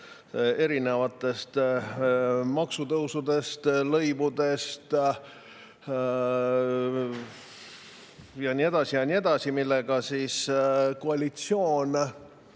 erinevatest maksutõusudest, lõivudest ja nii edasi, millega koalitsioon